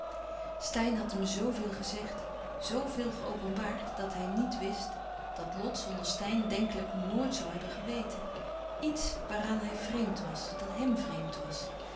steyn had hem zoo veel gezegd zo veel geopenbaard dat hij niet wist dat lot zonder steyn denkelijk nooit zoû hebben geweten iets waaraan hij vreemd was dat hèm vreemd was